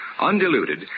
Undiluted